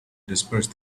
disperse